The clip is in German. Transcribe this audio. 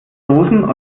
dosen